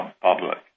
public